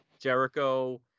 Jericho